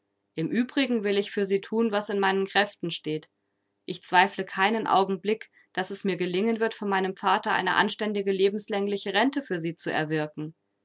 im übrigen will ich für sie thun was in meinen kräften steht ich zweifle keinen augenblick daß es mir gelingen wird von meinem vater eine anständige lebenslängliche rente für sie zu erwirken